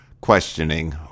questioning